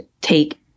take